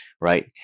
right